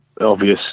obvious